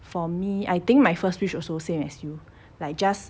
for me I think my first wish also same as you like just